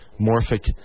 morphic